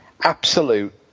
absolute